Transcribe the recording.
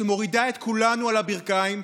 שמורידה את כולנו על הברכיים,